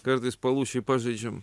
kartais palūšėj pažaidžiam